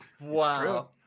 Wow